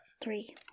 Three